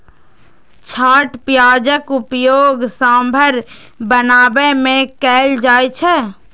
छोट प्याजक उपयोग सांभर बनाबै मे कैल जाइ छै